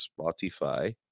Spotify